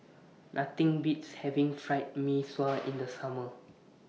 Nothing Beats having Fried Mee Sua in The Summer